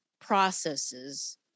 processes